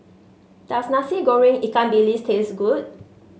does Nasi Goreng Ikan Bilis taste good